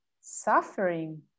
Suffering